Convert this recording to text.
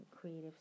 creative